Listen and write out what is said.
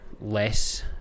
less